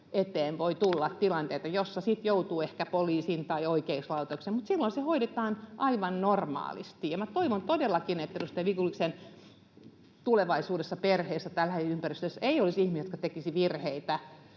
eteen voi tulla tilanteita, joissa sitten joutuu ehkä poliisin tai oikeuslaitoksen yhteyteen, mutta silloin se hoidetaan aivan normaalisti. Ja minä toivon todellakin, että edustaja Vigeliuksen tulevaisuudessa perheessä tai lähiympäristössä ei olisi ihmisiä, jotka tekevät virheitä,